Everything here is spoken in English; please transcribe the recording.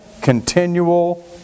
continual